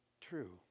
true